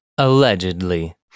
Allegedly